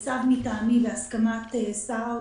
זה צו מטעמי ובהסכמת שר האוצר.